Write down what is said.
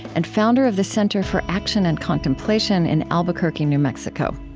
and founder of the center for action and contemplation in albuquerque, new mexico.